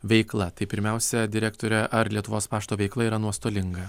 veikla tai pirmiausia direktore ar lietuvos pašto veikla yra nuostolinga